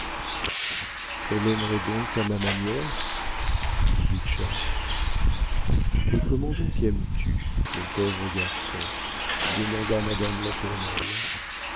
elle aimerait donc à ma manière dit butscha et comment donc aimes-tu mon pauvre garçon demanda madame latournelle